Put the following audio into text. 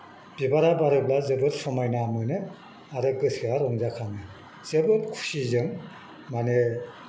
बिबारा बारोब्ला जोबोद समायना मोनो आरो गोसोआ रंजाखाङो जोबोद खुसिजों माने